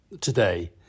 today